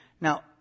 Now